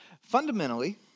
Fundamentally